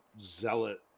zealot